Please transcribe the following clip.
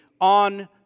on